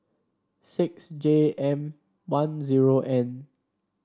six J M one zero N